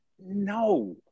No